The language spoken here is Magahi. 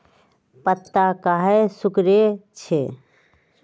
पत्ता काहे सिकुड़े छई?